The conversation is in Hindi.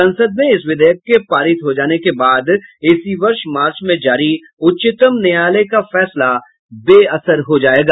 संसद में इस विधेयक के पारित हो जाने के बाद इसी वर्ष मार्च में जारी उच्चतम न्यायालय का फैसला बेअसर हो जाएगा